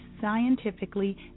scientifically